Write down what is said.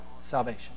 salvation